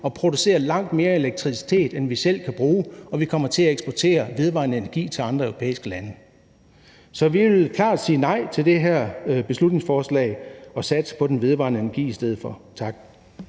at producere langt mere elektricitet, end vi selv kan bruge, og vi kommer til at eksportere vedvarende energi til andre europæiske lande. Vi vil klart sige nej til det her beslutningsforslag og satse på den vedvarende energi i stedet for. Tak.